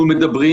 אנחנו מדברים